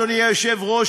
אדוני היושב-ראש,